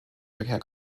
verkehr